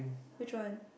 which one